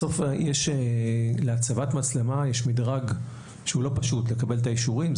בסוף להצבת מצלמה יש מדרג שהוא לא פשוט לקבל את האישורים.